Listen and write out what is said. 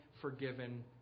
forgiven